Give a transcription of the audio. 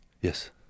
Yes